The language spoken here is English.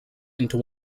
into